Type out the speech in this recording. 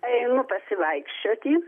einu pasivaikščioti